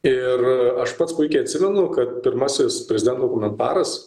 ir aš pats puikiai atsimenu kad pirmasis prezidento komentaras